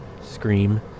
scream